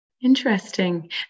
Interesting